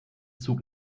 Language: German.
zug